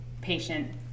patient